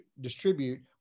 distribute